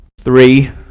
Three